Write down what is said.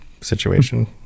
situation